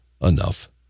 enough